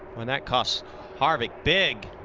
and that costs harvik big.